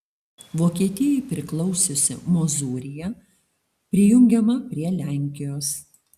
vokietijai priklausiusi mozūrija prijungiama prie lenkijos